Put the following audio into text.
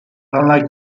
unlike